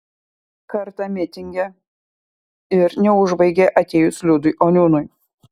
kartą mitinge ir neužbaigė atėjus liudui oniūnui